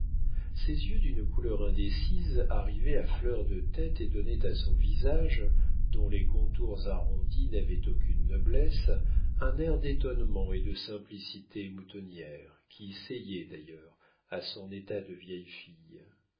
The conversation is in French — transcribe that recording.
ses yeux d'une couleur indécise arrivaient à fleur de tête et donnaient à son visage dont les contours arrondis n'avaient aucune noblesse un air d'étonnement et de simplicité moutonnière qui seyait d'ailleurs à son état de vieille fille